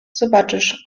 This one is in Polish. zobaczysz